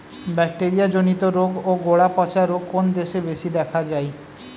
Bacteria জনিত রোগ ও গোড়া পচা রোগ কোন দেশে বেশি দেখা যায়?